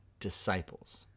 disciples